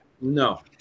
No